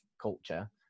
culture